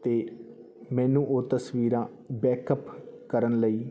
ਅਤੇ ਮੈਨੂੰ ਉਹ ਤਸਵੀਰਾਂ ਬੈਕਅਪ ਕਰਨ ਲਈ